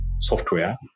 software